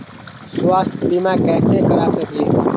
स्वाथ्य बीमा कैसे करा सकीले है?